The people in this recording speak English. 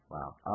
Wow